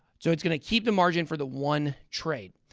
so it's going to keep the margin for the one trade.